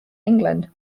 england